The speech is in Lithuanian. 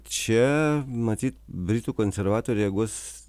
čia matyt britų konservatoriai reaguos